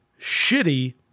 shitty